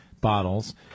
bottles